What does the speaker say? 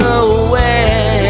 away